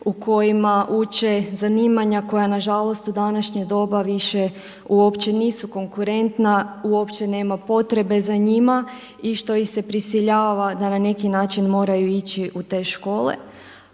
u kojima uče zanimanja koja nažalost u današnje doba više uopće nisu konkurentna, uopće nema potrebe za njima i što ih se prisiljava da na neki način moraju ići u te škole.